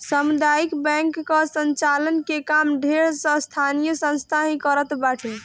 सामुदायिक बैंक कअ संचालन के काम ढेर स्थानीय संस्था ही करत बाटे